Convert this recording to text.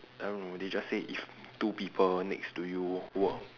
I don't know they just say if two people next to you were